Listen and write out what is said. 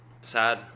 Sad